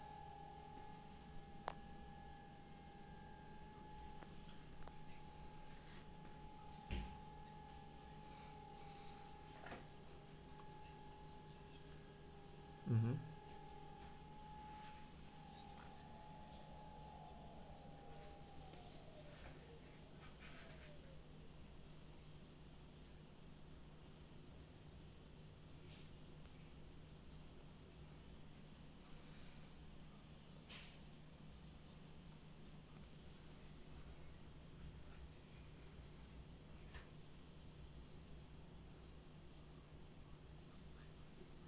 mmhmm